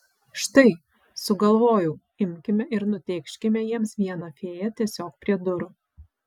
štai sugalvojau imkime ir nutėkškime jiems vieną fėją tiesiog prie durų